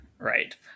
Right